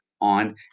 on